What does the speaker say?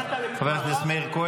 חברת הכנסת ניר,